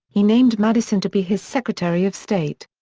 he named madison to be his secretary of state.